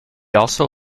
also